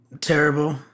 terrible